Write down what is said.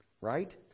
right